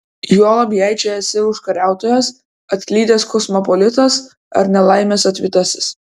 juolab jei čia esi užkariautojas atklydęs kosmopolitas ar nelaimės atvytasis